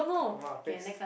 no lah paste